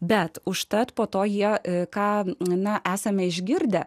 bet užtat po to jie ką nina esame išgirdę